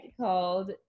called